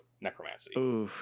necromancy